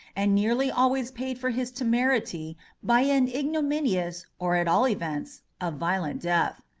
and nearly always paid for his temerity by an ignominious or, at all events, a violent death.